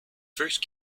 first